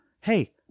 Hey